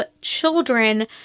children